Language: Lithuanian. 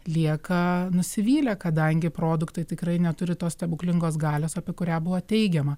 lieka nusivylę kadangi produktai tikrai neturi tos stebuklingos galios apie kurią buvo teigiama